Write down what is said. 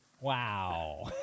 Wow